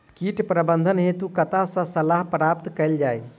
कीट प्रबंधन हेतु कतह सऽ सलाह प्राप्त कैल जाय?